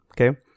Okay